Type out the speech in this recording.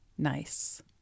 nice